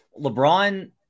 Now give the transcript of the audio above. LeBron